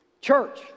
Church